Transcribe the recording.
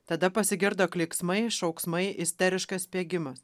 tada pasigirdo klyksmai šauksmai isteriškas spiegimas